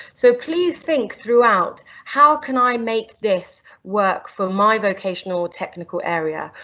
so please think throughout, how can i make this work for my vocational technical area,